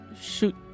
shoot